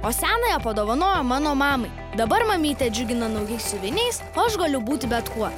o senąją padovanojo mano mamai dabar mamytė džiugina naujais siuviniais o aš galiu būti bet kuo